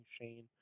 Shane